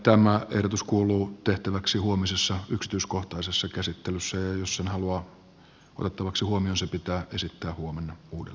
tämä ehdotus kuuluu tehtäväksi huomisessa yksityiskohtaisessa käsittelyssä ja jos sen haluaa otettavaksi huomioon se pitää esittää huomenna uudelleen